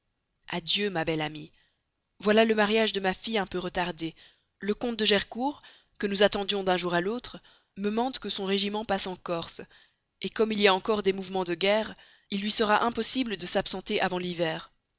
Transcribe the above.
adieu ma belle amie voilà le mariage de ma fille un peu retardé le comte de gercourt que nous attendions d'un jour à l'autre me mande que son régiment passe en corse comme il y a encore des mouvements de guerre il lui sera impossible de s'absenter avant l'hiver